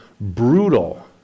Brutal